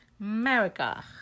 America